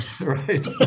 Right